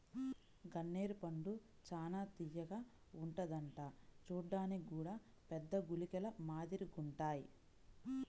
గన్నేరు పండు చానా తియ్యగా ఉంటదంట చూడ్డానికి గూడా పెద్ద గుళికల మాదిరిగుంటాయ్